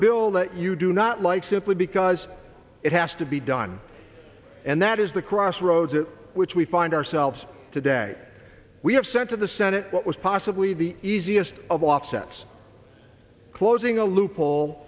bill that you do not like simply because it has to be done and that is the crossroads it which we find ourselves today we have sent to the senate what was possibly the easiest of offsets closing a loophole